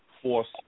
Force